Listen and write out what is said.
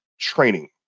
training